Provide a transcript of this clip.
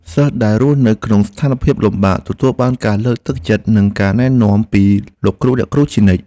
សិស្សដែលរស់នៅក្នុងស្ថានភាពលំបាកទទួលបានការលើកទឹកចិត្តនិងការណែនាំពីលោកគ្រូអ្នកគ្រូជានិច្ច។